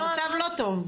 המצב לא טוב.